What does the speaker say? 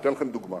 אני אתן לכם דוגמה,